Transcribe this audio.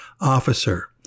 officer